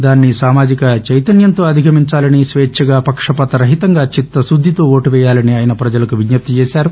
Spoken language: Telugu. దానిని సామాజిక చైతన్యంతో అధిగమించాలని స్వేచ్చగా పక్షపాత రహితంగా చిత్తశుద్గితో ఓటు వేయాలనీ ఆయన ప్రజలను కోరారు